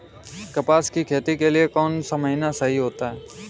कपास की खेती के लिए कौन सा महीना सही होता है?